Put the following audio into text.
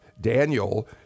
Daniel